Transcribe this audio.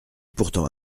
pourtant